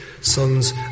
sons